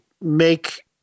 make